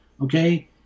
okay